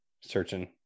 searching